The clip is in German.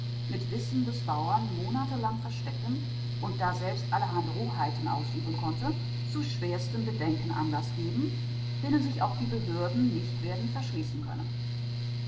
mit wissen des bauern monatelang verstecken und daselbst allerhand roheiten ausüben konnte zu schwersten bedenken anlaß geben denen sich auch die behörden nicht werden verschließen können